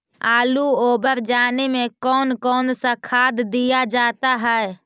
आलू ओवर जाने में कौन कौन सा खाद दिया जाता है?